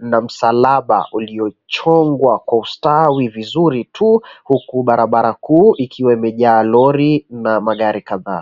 na msalaba uliochongwa kwa ustawi vizuri tu huku barabara kuu ikiwa imejaa lori na magari kadhaa.